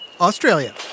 Australia